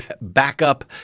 backup